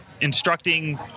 instructing